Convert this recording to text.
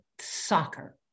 soccer